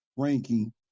ranking